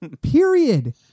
Period